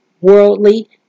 worldly